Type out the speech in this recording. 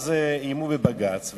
אז איימו בבג"ץ,